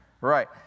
Right